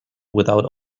without